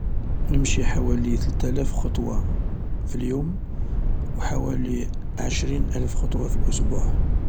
نمشي حوالي ثلتلاف خطوة في اليوم و حوالي عشرين الف خطوة في الأسبوع.